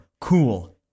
Cool